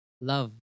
love